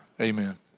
Amen